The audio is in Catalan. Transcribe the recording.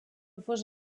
fos